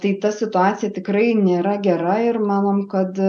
tai ta situacija tikrai nėra gera ir manom kad